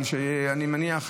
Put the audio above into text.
אני אומר: